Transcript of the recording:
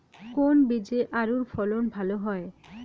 কোন বীজে আলুর ফলন ভালো হয়?